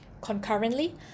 Concurrently